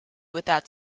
without